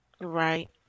Right